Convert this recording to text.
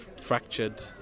fractured